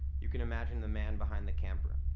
you can imagine the man behind the camera,